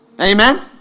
Amen